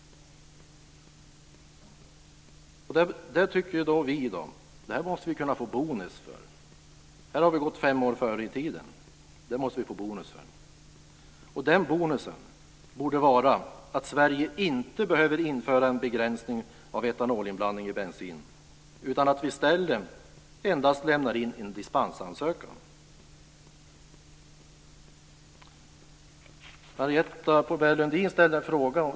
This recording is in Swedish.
Det tycker vi att Sverige måste kunna få bonus för. Här har vi ju gått fem år före i tiden. Den bonusen borde vara att Sverige inte behöver införa en begränsning av etanolinblandning i bensin. I stället borde vi endast lämna in en dispensansökan. Marietta de Pourbaix-Lundin ställde en fråga.